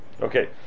Okay